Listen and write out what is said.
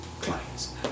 clients